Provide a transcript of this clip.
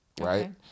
right